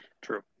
True